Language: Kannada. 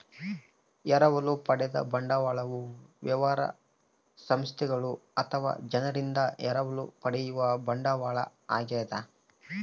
ಎರವಲು ಪಡೆದ ಬಂಡವಾಳವು ವ್ಯವಹಾರ ಸಂಸ್ಥೆಗಳು ಅಥವಾ ಜನರಿಂದ ಎರವಲು ಪಡೆಯುವ ಬಂಡವಾಳ ಆಗ್ಯದ